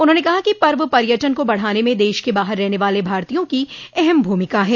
उन्होंने कहा कि पर्व पर्यटन को बढ़ाने में देश के बाहर रहने वाले भारतीयों की अहम भूमिका है